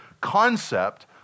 concept